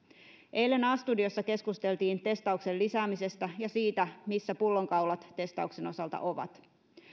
eilen a studiossa keskusteltiin testauksen lisäämisestä ja siitä missä pullonkaulat testauksen osalta ovat